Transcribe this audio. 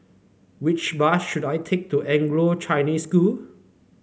which bus should I take to Anglo Chinese School